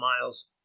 miles